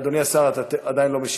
אדוני השר, אתה עדיין לא משיב.